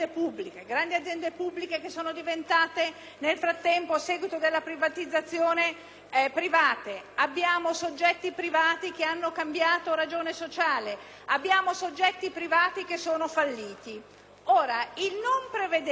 abbiamo soggetti privati che hanno cambiato ragione sociale e abbiamo soggetti privati che sono falliti. Il non prevedere in nessun modo l'articolazione che riguarda tutta questa materia